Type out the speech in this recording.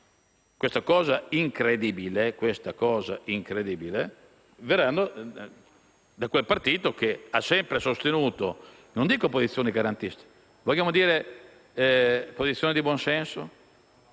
far passare questa cosa incredibile verranno da quel partito che ha sempre sostenuto non dico posizioni garantiste, ma vogliamo dire posizioni di buon senso?